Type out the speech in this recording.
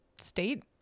state